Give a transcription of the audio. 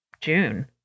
June